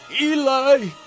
Eli